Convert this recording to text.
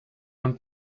und